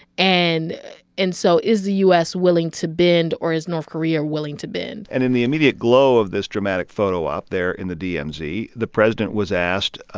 and and so is the u s. willing to bend, or is north korea willing to bend? and in the immediate glow of this dramatic photo-op there in the dmz, the president was asked, ah